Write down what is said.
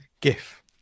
GIF